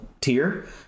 tier